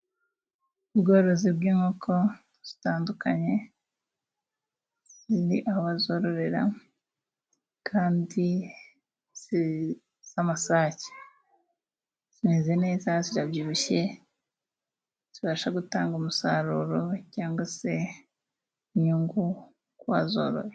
Ubworozi bw'inkoko zitandukanye ziri aho bazororera kandi z'amasake, zimeze neza zirabyibushye zibasha gutanga umusaruro cyangwa se inyungu wazorora.